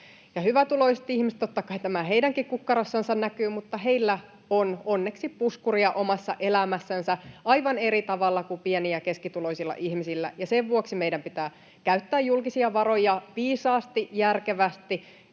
Hyvätuloisilla ihmisillä — totta kai tämä heidänkin kukkarossansa näkyy — on onneksi puskuria omassa elämässänsä aivan eri tavalla kuin pieni- ja keskituloisilla ihmisillä, ja sen vuoksi meidän pitää käyttää julkisia varoja viisaasti, järkevästi.